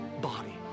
body